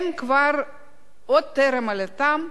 עוד טרם עלייתם,